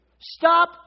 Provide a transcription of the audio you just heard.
Stop